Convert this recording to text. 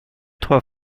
trois